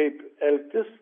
kaip elgtis